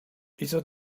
hizo